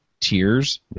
tiers